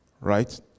right